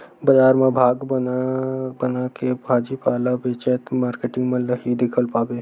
बजार म भाग बना बनाके भाजी पाला बेचत मारकेटिंग मन ल ही दिखउल पाबे